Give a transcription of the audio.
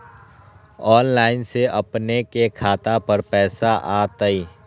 Online से अपने के खाता पर पैसा आ तई?